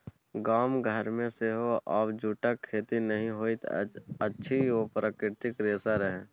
गाम घरमे सेहो आब जूटक खेती नहि होइत अछि ओ प्राकृतिक रेशा रहय